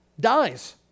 Dies